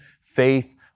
faith